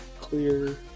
Clear